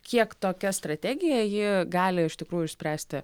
kiek tokia strategija ji gali iš tikrųjų išspręsti